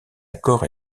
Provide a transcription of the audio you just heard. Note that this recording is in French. accord